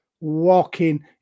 walking